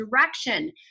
direction